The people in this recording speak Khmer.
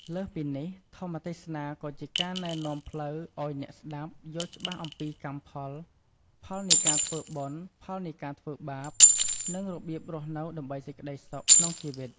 លើសពីនេះ ធម្មទេសនាក៏ជាការណែនាំផ្លូវឲ្យអ្នកស្តាប់យល់ច្បាស់អំពីកម្មផល ផលនៃការធ្វើបុណ្យ ផលនៃការធ្វើបាប និងរបៀបរស់នៅដើម្បីសេចក្តីសុខក្នុងជីវិត។